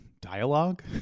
dialogue